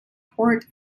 support